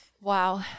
Wow